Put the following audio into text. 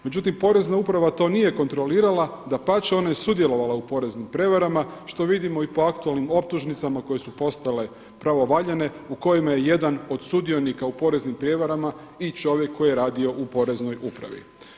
Međutim, porezna uprava to nije kontrolirala, dapače, ona je sudjelovala u poreznim prijevarama što vidimo i po aktualnim optužnicama koje su postale pravovaljane u kojima je jedan od sudionika u poreznim prijevarama i čovjek koji je radio u poreznoj upravi.